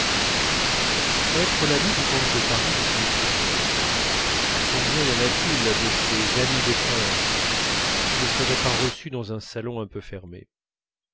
être l'ami du comte de paris ne signifie rien combien y en a-t-il de ces amis des princes qui ne seraient pas reçus dans un salon un peu fermé